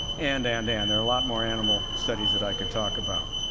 and, and, and there are a lot more animal studies that i could talk about.